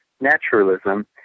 naturalism